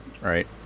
right